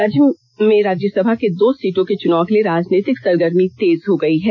राज्य में राज्यसभा के दो सीटों के चुनाव के लिए राजनीतिक सरगर्मी तेज हो गई है